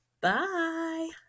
Bye